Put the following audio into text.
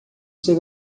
ser